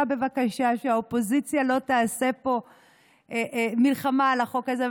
בבקשה שהאופוזיציה לא תעשה פה מלחמה על החוק הזה,